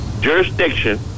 jurisdiction